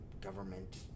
government